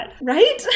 Right